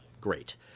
great